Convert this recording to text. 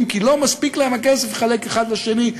כי לא מספיק להם הכסף לחלק אחד לשני.